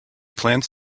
plans